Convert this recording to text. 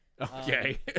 Okay